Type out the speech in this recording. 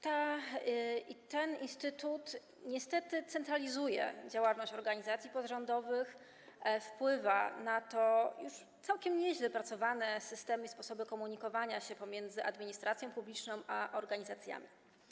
Ten instytut niestety centralizuje działalność organizacji pozarządowych, wpływa na całkiem nieźle wypracowane systemy i sposoby komunikowania się pomiędzy administracją publiczną a organizacjami.